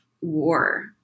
war